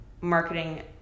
marketing